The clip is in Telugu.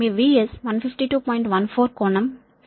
14 కోణం 7